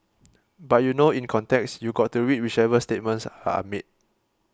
but you know in context you got to read whichever statements are made